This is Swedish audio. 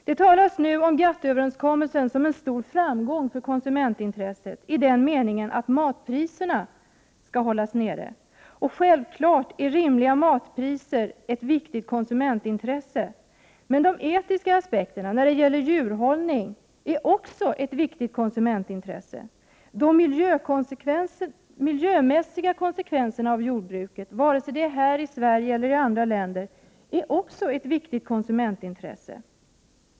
Man talar nu om att GATT-överenskommelsen är en stor framgång för konsumentintresset i den meningen att matpriserna kommer att hållas nere. Rimliga matpriser är självfallet ett viktigt konsumentintresse. Men de etiska aspekterna när det gäller djurhållning är också ett viktigt konsumentintresse. De miljömässiga konsekvenserna av jordbruket, vare sig de inträffar här i Sverige eller i andra länder, är också ett viktigt konsumentintresse.